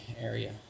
area